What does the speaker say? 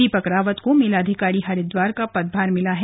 दीपक रावत को मेलाधिकारी हरिद्वार का पदभार मिला है